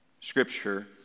scripture